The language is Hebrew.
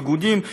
האיגודים,